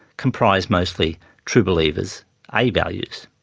comprised mostly true believers a values.